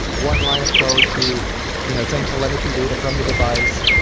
one line of code two you know send telemetry data from the device,